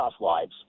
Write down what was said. lives